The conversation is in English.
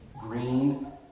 green